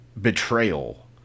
betrayal